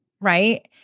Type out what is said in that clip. Right